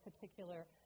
particular